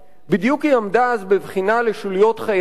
בדיוק היא עמדה אז בבחינה לשוליות חייטים.